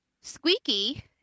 Squeaky